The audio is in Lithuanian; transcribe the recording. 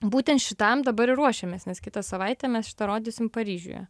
būtent šitam dabar ir ruošiamės nes kitą savaitę mes šitą rodysim paryžiuje